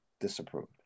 disapproved